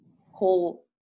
whole